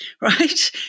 right